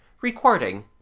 Recording